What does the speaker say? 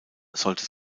sollte